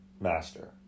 master